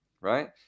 right